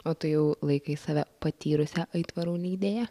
o tu jau laikai save patyrusia aitvarų leidėja